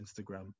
Instagram